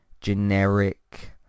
generic